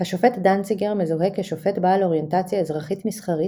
השופט דנציגר מזוהה כשופט בעל אוריינטציה אזרחית-מסחרית,